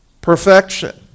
perfection